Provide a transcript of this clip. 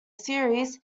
series